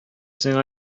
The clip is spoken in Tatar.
сиңа